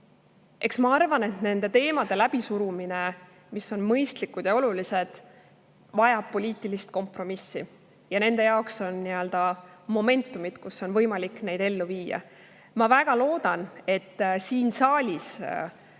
arvan, et nende teemade läbisurumine, mis on mõistlikud ja olulised, vajab poliitilist kompromissi ja selleks on momentumid, kus on võimalik seda ellu viia. Ma väga loodan, et siin saalis mõistetakse,